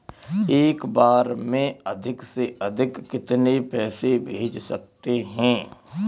एक बार में अधिक से अधिक कितने पैसे भेज सकते हैं?